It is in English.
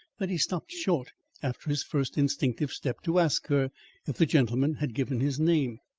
that he stopped short after his first instinctive step, to ask her if the gentleman had given his name.